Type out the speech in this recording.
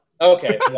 Okay